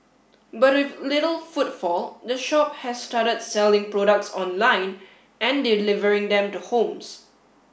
but with little footfall the shop has started selling products online and delivering them to homes